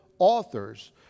authors